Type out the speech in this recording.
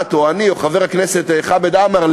את או אני או חבר הכנסת חמד עמאר,